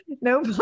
No